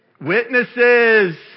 witnesses